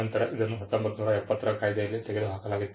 ನಂತರ ಇದನ್ನು 1970 ರ ಕಾಯ್ದೆಯಲ್ಲಿ ತೆಗೆದುಹಾಕಲಾಗಿತ್ತು